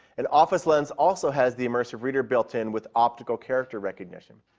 an office lens also has the immersive reader built in with optical character recognition.